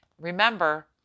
Remember